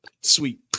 Sweet